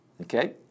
Okay